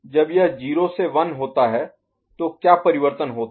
जब यह 0 से 1 होता है तो क्या परिवर्तन होते हैं